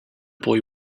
boy